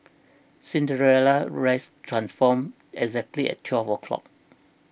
Cinderella's rest transformed exactly at twelve o'clock